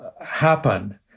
happen